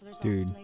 Dude